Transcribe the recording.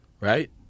Right